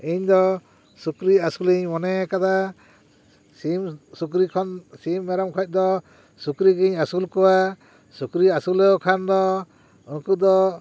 ᱤᱧ ᱫᱚ ᱥᱩᱠᱨᱤ ᱟᱹᱥᱩᱞᱤᱧ ᱢᱚᱱᱮ ᱟᱠᱟᱫᱟ ᱥᱤᱢ ᱥᱩᱠᱨᱤ ᱠᱷᱚᱱ ᱥᱤᱢ ᱢᱮᱨᱚᱢ ᱠᱷᱚᱡ ᱫᱚ ᱥᱩᱠᱨᱤᱜᱮᱧ ᱟᱹᱥᱩᱞ ᱠᱚᱣᱟ ᱥᱩᱠᱨᱤ ᱟᱹᱥᱩᱞ ᱞᱮᱠᱚ ᱠᱷᱟᱱ ᱫᱚ ᱩᱱᱠᱩ ᱫᱚ